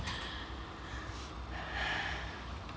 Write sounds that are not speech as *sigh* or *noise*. *breath*